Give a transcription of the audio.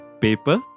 Paper